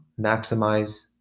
maximize